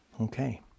Okay